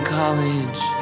college